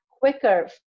quicker